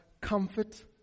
comfort